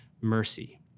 mercy